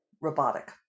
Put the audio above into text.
robotic